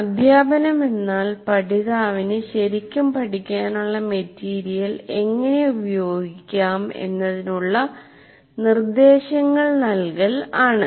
അധ്യാപനം എന്നാൽ പഠിതാവിന് ശരിക്കും പഠിക്കാനുള്ള മെറ്റീരിയൽ എങ്ങനെ ഉപയോഗിക്കാം എന്നതിനുള്ള നിർദേശങ്ങൾ നൽകൽ ആണ്